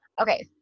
okay